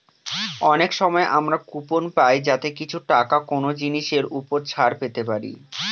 অনেক সময় আমরা কুপন পাই যাতে কিছু টাকা কোনো জিনিসের ওপর ছাড় পেতে পারি